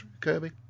Kirby